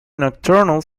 nocturnal